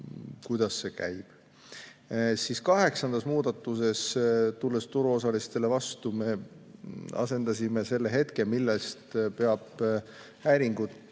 kuidas see käib. Kaheksandas muudatuses, tulles turuosalistele vastu, me muutsime seda hetke, mis ajast peab häiringu